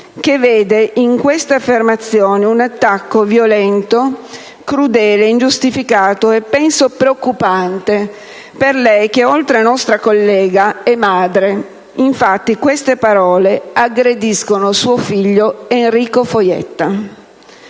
ha visto in queste affermazioni un attacco violento, crudele e ingiustificato e, penso, preoccupante, dato che oltre ad essere nostra collega è anche madre. Infatti, queste parole aggrediscono suo figlio, Enrico Foietta.